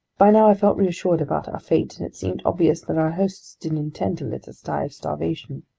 by now i felt reassured about our fate, and it seemed obvious that our hosts didn't intend to let us die of starvation.